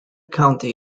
county